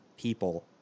people